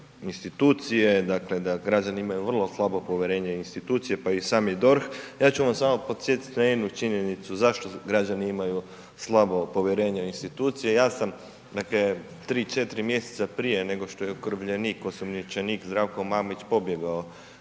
da građani imaju vrlo slabo povjerenje i u institucije pa i sami DORH. Ja ću vas samo podsjetiti na jednu činjenicu zašto građani imaju slabo povjerenje u institucije, ja sam dakle 3, 4 mj. prije nego što je okrivljenik, osumnjičenik Zdravko Mamić pobjegao